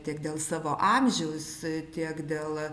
tiek dėl savo amžiaus tiek dėl